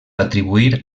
atribuir